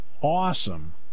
awesome